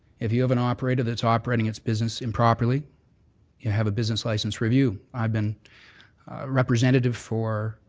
if you have an operator that's operating its business improperly you have a business license review. i've been representative for